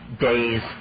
day's